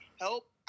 help